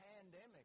pandemic